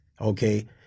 Okay